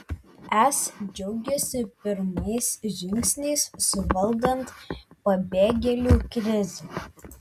es džiaugiasi pirmais žingsniais suvaldant pabėgėlių krizę